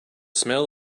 smell